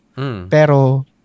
Pero